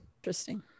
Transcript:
interesting